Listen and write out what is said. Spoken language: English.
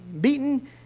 beaten